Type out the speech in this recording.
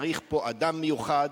צריך פה אדם מיוחד,